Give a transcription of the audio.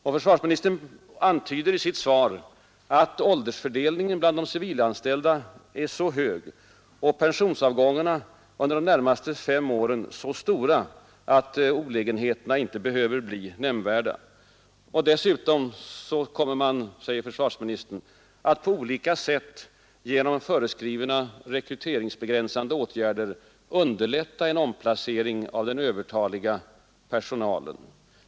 Och försvarsministern antyder i sitt svar att medelåldern bland de civilanställda är så hög och pensionsavgångarna under de närmaste fem åren så stora att olägenheterna inte behöver bli nämnvärda. Dessutom kommer man, säger försvarsministern, genom att vid behov föreskriva rekryteringsbegränsande åtgärder underlätta en omplacering av den övertaliga personalen.